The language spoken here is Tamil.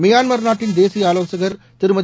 மியான்மர் நாட்டின் தேசிய ஆலோசகர் திருமதி